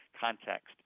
context